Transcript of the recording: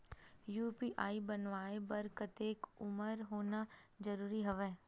UPI बनवाय बर कतेक उमर होना जरूरी हवय?